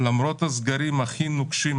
למרות הסגרים הכי נוקשים,